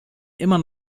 immer